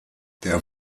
der